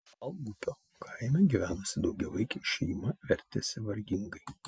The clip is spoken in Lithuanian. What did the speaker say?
algupio kaime gyvenusi daugiavaikė šeima vertėsi vargingai